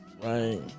Right